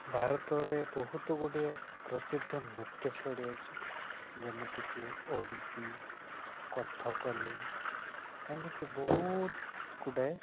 ଭାରତରେ ବହୁତଗୁଡ଼ିଏ ପ୍ରସିଦ୍ଧ ନୃତ୍ୟଶୈଳୀ ଅଛି ଯେମିତିକି ଓଡ଼ିଶୀ କଥକଲି ଏମିତି ବହୁତଗୁଡ଼ାଏ